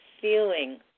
feeling